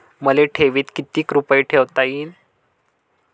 मले ठेवीत किती रुपये ठुता येते?